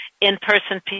in-person